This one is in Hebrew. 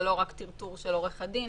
זה לא רק טרטור של עורך הדין,